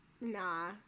nah